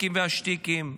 טריקים ושטיקים,